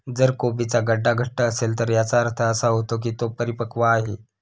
जर कोबीचा गड्डा घट्ट असेल तर याचा अर्थ असा होतो की तो परिपक्व आहे